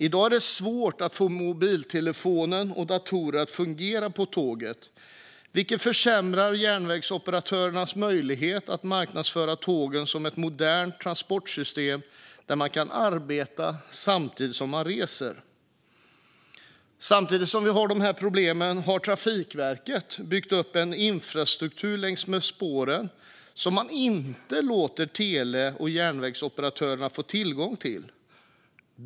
I dag är det svårt att få mobiltelefoner och datorer att fungera på tåget, vilket försämrar järnvägsoperatörernas möjlighet att marknadsföra tågen som ett modernt transportsystem där man kan arbeta samtidigt som man reser. Samtidigt som vi har de här problemen har Trafikverket byggt upp en infrastruktur längs med spåren som man inte låter tele och järnvägsoperatörerna få tillgång till.